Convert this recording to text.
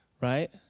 Right